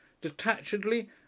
Detachedly